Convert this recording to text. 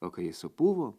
o kai ji supuvo